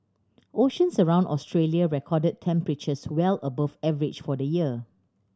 oceans around Australia recorded temperatures well above average for the year